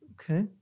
Okay